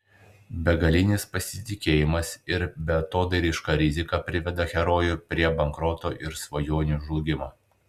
begalinis pasitikėjimas ir beatodairiška rizika priveda herojų prie bankroto ir svajonių žlugimo